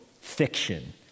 fiction